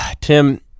Tim